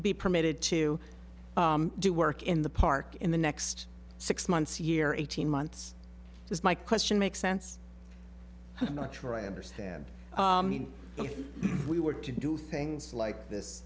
be permitted to do work in the park in the next six months year or eighteen months is my question makes sense i'm not sure i understand if we were to do things like this